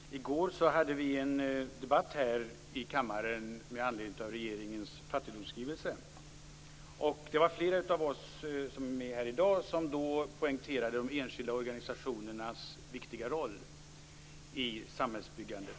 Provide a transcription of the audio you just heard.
Herr talman! I går hade vi en debatt här i kammaren med anledning av regeringens fattigdomsskrivelse. Det var flera av oss som är med här i dag som då poängterade de enskilda organisationernas viktiga roll i samhällsbyggandet.